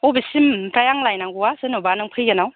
अबेसिम ओमफ्राय आं लायनांगौआ जेन'बा नों फैगोनआव